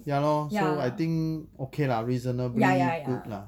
ya lor so I think okay lah reasonably good lah